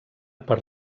per